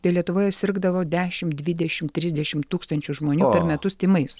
tai lietuvoje sirgdavo dešimt dvidešimt trisdešimt tūkstančių žmonių per metus tymais